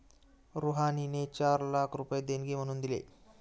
रुहानीने चार लाख रुपये देणगी म्हणून दिले